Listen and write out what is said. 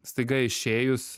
staiga išėjus